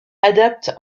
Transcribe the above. adaptent